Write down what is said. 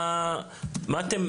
מה אתם